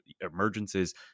emergencies